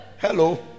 hello